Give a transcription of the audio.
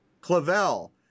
Clavel